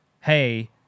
hey